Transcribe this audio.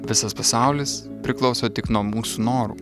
visas pasaulis priklauso tik nuo mūsų norų